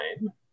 nine